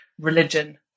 religion